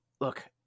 Look